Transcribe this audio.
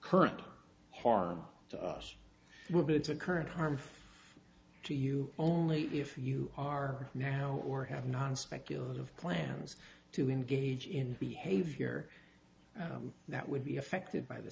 current harm to us but it's a current harm to you only if you are now or have not speculative plans to engage in behavior that would be affected by the